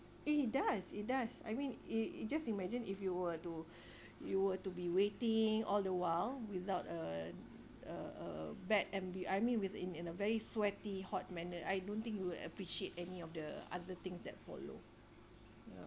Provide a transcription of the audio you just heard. it does it does I mean it it just imagine if you were to you were to be waiting all the while without a a a bad ambi~ I mean in in a very sweaty hot manner I don't think you will appreciate any of the other things that follow